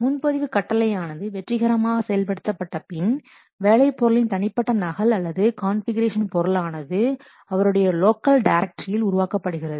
முன்பதிவு கட்டளையானது வெற்றிகரமாக செயல்படுத்தபட்ட பின் வேலை பொருளின் தனிப்பட்ட நகல் அல்லது கான்ஃபிகுரேஷன் பொருளானது அவருடைய லோக்கல் டைரக்டரியில் உருவாக்கப்படுகிறது